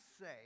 say